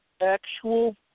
actual